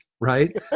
right